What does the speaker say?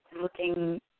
looking